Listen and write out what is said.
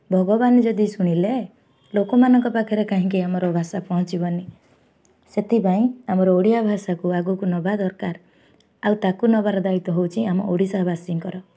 ଭଗବାନ ଯଦି ଶୁଣିଲେ ଲୋକମାନଙ୍କ ପାଖରେ କାହିଁକି ଆମର ଭାଷା ପହଞ୍ଚିବନି ସେଥିପାଇଁ ଆମର ଓଡ଼ିଆ ଭାଷାକୁ ଆଗକୁ ନେବା ଦରକାର ଆଉ ତାକୁ ନେବାର ଦାୟିତ୍ୱ ହେଉଛି ଆମ ଓଡ଼ିଶାବାସୀଙ୍କର